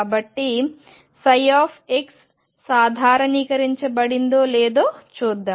కాబట్టి ψ సాధారణీకరించబడిందో లేదో చూద్దాం